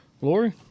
lori